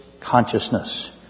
consciousness